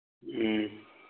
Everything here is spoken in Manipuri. ꯎꯝ